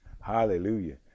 hallelujah